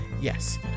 yes